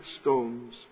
stones